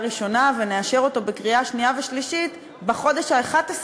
ראשונה ונאשר אותו בקריאה שנייה ושלישית בחודש ה-11